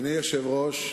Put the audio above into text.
אדוני היושב-ראש,